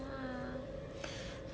no ah